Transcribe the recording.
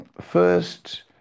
first